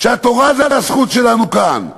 שהתורה והזכות שלנו, כאן.